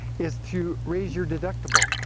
is to raise your deductible.